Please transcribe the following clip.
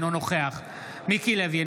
אינו נוכח מיקי לוי,